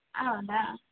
ಹೌದಾ